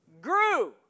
grew